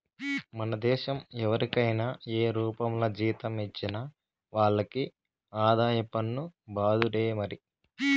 మన దేశం ఎవరికైనా ఏ రూపంల జీతం ఇచ్చినా వాళ్లకి ఆదాయ పన్ను బాదుడే మరి